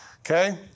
Okay